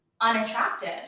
unattracted